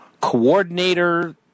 coordinator